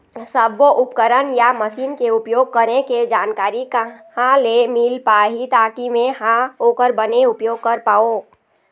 सब्बो उपकरण या मशीन के उपयोग करें के जानकारी कहा ले मील पाही ताकि मे हा ओकर बने उपयोग कर पाओ?